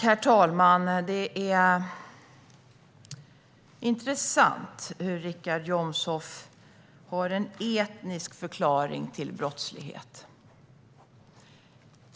Herr talman! Det är intressant att Richard Jomshof har en etnisk förklaring till brottslighet.